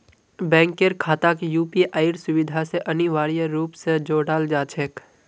बैंकेर खाताक यूपीआईर सुविधा स अनिवार्य रूप स जोडाल जा छेक